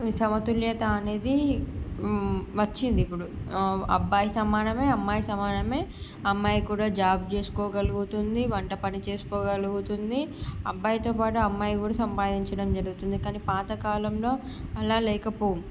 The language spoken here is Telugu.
ఈ సమతుల్యత అనేది వచ్చింది ఇప్పుడు అబ్బాయి సమానమే అమ్మాయి సమానమే అమ్మాయి కూడా జాబ్ చేసుకోగలుగుతుంది వంట పని చేసుకోగలుగుతుంది అబ్బాయితో పాటు అమ్మాయి కూడా సంపాదించడం జరుగుతుంది కానీ పాత కాలంలో అల లేకపోవు